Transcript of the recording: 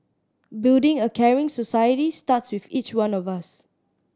building a caring society starts with each one of us